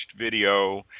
video